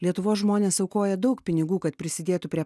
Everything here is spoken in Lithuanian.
lietuvos žmonės aukoja daug pinigų kad prisidėtų prie